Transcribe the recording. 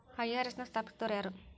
IRS ನ ಸ್ಥಾಪಿಸಿದೊರ್ಯಾರು?